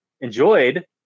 enjoyed